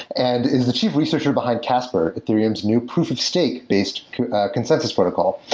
and is the chief researcher behind casper, ethereum's new proof of stake-based consensus protocol.